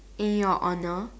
in your honor